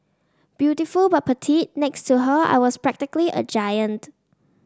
beautiful but petite next to her I was practically a giant